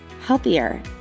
healthier